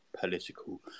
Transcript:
political